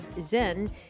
Zen